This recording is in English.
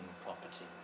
property